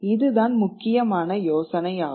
இதுதான் முக்கியமான யோசனை ஆகும்